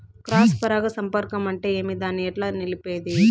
Cross పరాగ సంపర్కం అంటే ఏమి? దాన్ని ఎట్లా నిలిపేది?